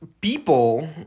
people